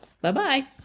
Bye-bye